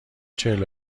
چهل